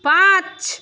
পাঁচ